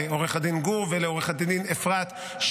לעורך דין גור ולעורכת הדין אפרת,